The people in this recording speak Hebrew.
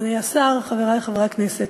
תודה רבה, אדוני השר, חברי חברי הכנסת,